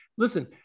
Listen